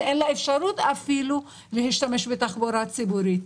שאין לה אפשרות אפילו להשתמש בתחבורה הציבורית.